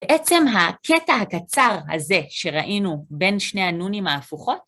בעצם הקטע הקצר הזה שראינו בין שני הנונים ההפוכות,